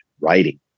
writing